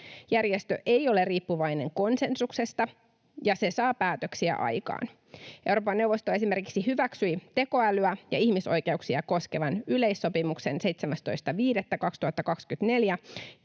Järjestö ei ole riippuvainen konsensuksesta, ja se saa päätöksiä aikaan. Euroopan neuvosto esimerkiksi hyväksyi tekoälyä ja ihmisoikeuksia koskevan yleissopimuksen 17.5.2024,